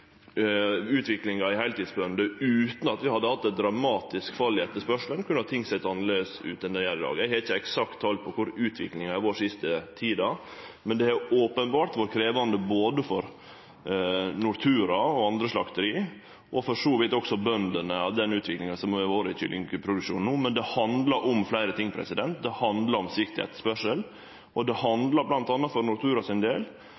utviklinga i talet på heiltidsbønder utan at ein hadde hatt eit dramatisk fall i etterspurnaden, kunne ting sett annleis ut enn det gjer i dag. Eg har ikkje eksakt tal på korleis utviklinga har vore den siste tida, men den utviklinga som har vore i kyllingproduksjonen no, har openbert vore krevjande både for Nortura og andre slakteri – og for så vidt også for bøndene. Men det handlar om fleire ting: Det handlar om svikt i etterspurnaden, og det handlar bl.a. for Nortura sin del